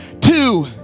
Two